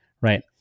Right